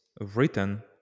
written